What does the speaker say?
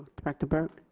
director burke.